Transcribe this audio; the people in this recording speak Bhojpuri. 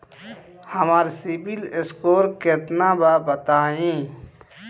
हमार सीबील स्कोर केतना बा बताईं?